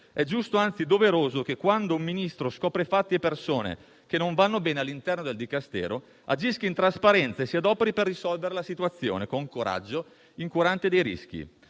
È giusto, anzi doveroso, che quando un Ministro scopre fatti e persone che non vanno bene all'interno del Dicastero agisca in trasparenza e si adoperi per risolvere la situazione con coraggio, incurante dei rischi.